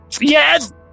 Yes